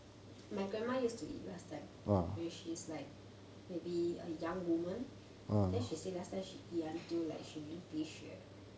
my grandma used to eat last time when she's like maybe a young woman then she last time she eat until she 流鼻血